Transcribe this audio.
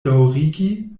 daŭrigi